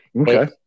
Okay